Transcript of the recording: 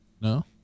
No